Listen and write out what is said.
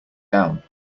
down